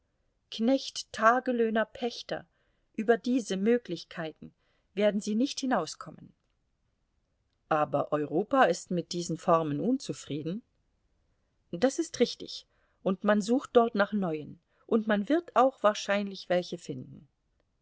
knecht tagelöhner pächter über diese möglichkeiten werden sie nicht hinauskommen aber europa ist mit diesen formen unzufrieden das ist richtig und man sucht dort nach neuen und man wird auch wahrscheinlich welche finden